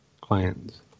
clans